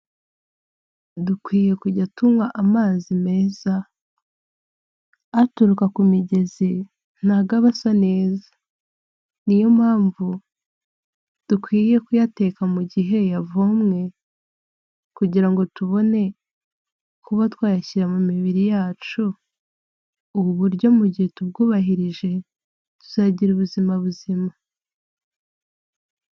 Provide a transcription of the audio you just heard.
Dukwiye kujya tunywa amazi meza aturuka ku migezi ntago aba asa neza niyo mpamvu dukwiye kuyateka mu gihe yavomwe kugira ngo tubone kuba twayashyira mu mibiri yacu. Ubu buryo mu gihe tubwubahirije tuzagira ubuzima buzima.